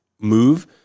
move